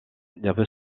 nerveux